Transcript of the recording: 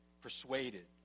persuaded